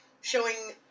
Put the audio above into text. showing